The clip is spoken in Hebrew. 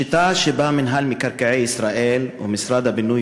השיטה שבה מינהל מקרקעי ישראל ומשרד הבינוי